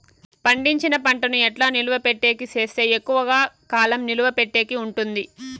పండించిన పంట ను ఎట్లా నిలువ పెట్టేకి సేస్తే ఎక్కువగా కాలం నిలువ పెట్టేకి ఉంటుంది?